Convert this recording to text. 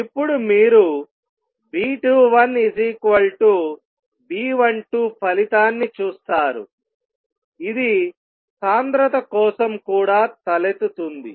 ఇప్పుడు మీరు B21 B12 ఫలితాన్ని చూస్తారుఇది సాంద్రత కోసం కూడా తలెత్తుతుంది